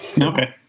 Okay